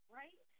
right